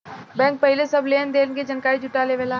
bank पहिले सब लेन देन के जानकारी जुटा लेवेला